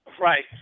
right